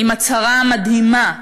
עם הצהרה מדהימה,